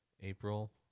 April